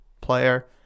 player